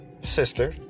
sister